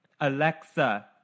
Alexa